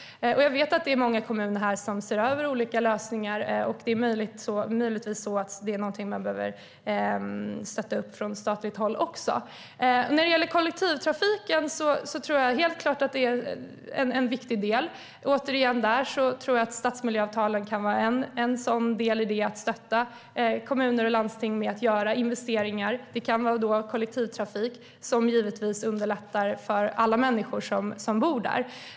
Jag vet att många kommuner ser över olika lösningar. Det är möjligtvis något som också behöver stöttas upp från statligt håll. När det gäller kollektivtrafiken tror jag helt klart att den är en viktig del. Jag tror återigen att stadsmiljöavtalen kan vara en del i att stödja kommuner och landsting att göra investeringar. Det kan handla om kollektivtrafik som givetvis underlättar för alla som bor där.